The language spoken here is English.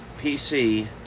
PC